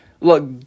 look